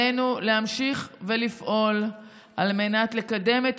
עלינו להמשיך ולפעול על מנת לקדם את